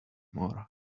more